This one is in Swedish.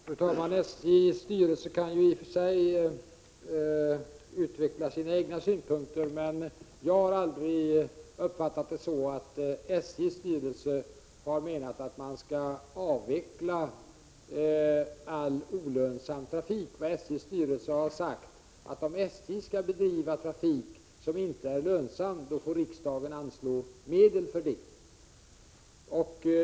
Fru talman! SJ:s styrelse kan i och för sig utveckla sina egna synpunkter, men jag har aldrig uppfattat saken så att SJ:s styrelse har menat att man skall avveckla all olönsam trafik. Vad SJ:s styrelse har sagt är att om SJ skall bedriva trafik som inte är lönsam, får riksdagen anslå medel för det.